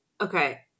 okay